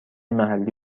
محلی